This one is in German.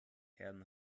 herrn